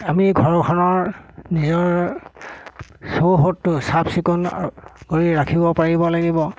আমি ঘৰখনৰ নিজৰ চৌহদটো চাফ চিকুণ কৰি ৰাখিব পাৰিব লাগিব